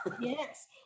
Yes